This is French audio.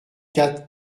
quatre